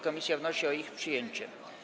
Komisja wnosi o ich przyjęcie.